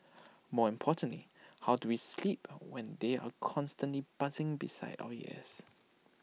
more importantly how do we sleep when they are constantly buzzing beside our ears